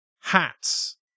Hats